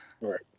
Right